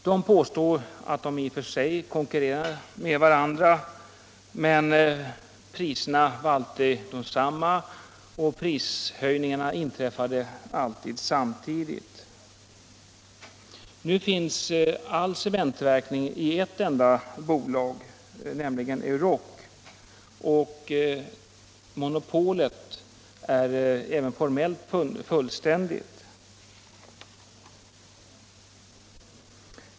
De påstod att de i och för sig konkurrerade med varandra, men att priserna alltid var desamma och att prishöjningarna alltid inträffade samtidigt. Nu finns all cementtillverkning inom ett enda bolag, nämligen Euroc, och monopolet är även formellt fullständigt.